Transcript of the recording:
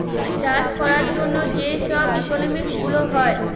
চাষ ক্যরার জ্যনহে যে ছব ইকলমিক্স গুলা হ্যয়